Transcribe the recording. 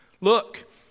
look